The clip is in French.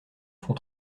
font